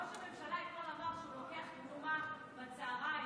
ראש הממשלה אמר אתמול שהוא לוקח תנומה בצוהריים.